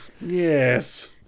Yes